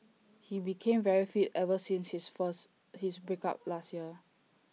he became very fit ever since his first his break up last year